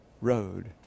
road